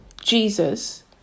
Jesus